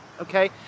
okay